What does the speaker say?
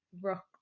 rock